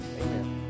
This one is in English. amen